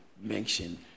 mention